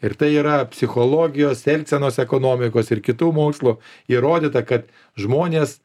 ir tai yra psichologijos elgsenos ekonomikos ir kitų mokslų įrodyta kad žmonės